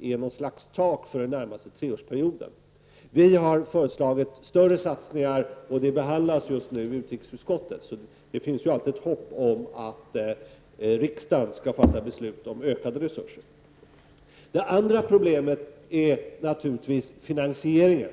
som något slags tak för den närmaste treårsperioden. Vi har föreslagit större satsningar, och de förslagen behandlas just nu i utrikesutskottet. Det finns ju alltid ett hopp om att riksdagen skall fatta beslut om ökade resurser. Det andra problemet är naturligtvis finansieringen.